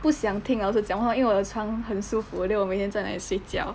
不想听老师讲话因为我的床很舒服 then 我每天在 like 睡觉